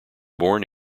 born